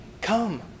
Come